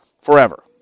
Forever